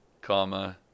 comma